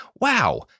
Wow